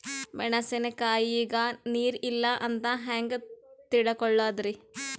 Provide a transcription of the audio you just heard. ಮೆಣಸಿನಕಾಯಗ ನೀರ್ ಇಲ್ಲ ಅಂತ ಹೆಂಗ್ ತಿಳಕೋಳದರಿ?